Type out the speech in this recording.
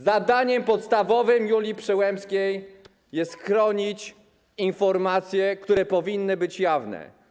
Zadaniem podstawowym Julii Przyłębskiej jest chronić informacje, które powinny być jawne.